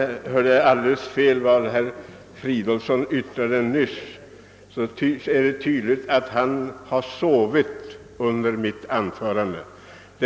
Jag tar det som en komplimang.